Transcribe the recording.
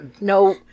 No